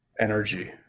energy